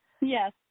Yes